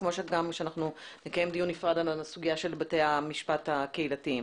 כמו שאמרתי שנקיים דיון נפרד על הסוגיה של בתי המשפט הקהילתיים.